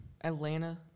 Atlanta